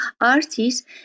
artists